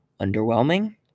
underwhelming